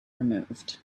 removed